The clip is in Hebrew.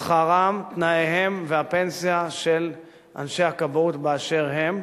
שכרם, תנאיהם והפנסיה של אנשי הכבאות באשר הם,